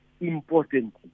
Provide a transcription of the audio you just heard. important